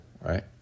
right